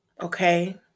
Okay